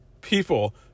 people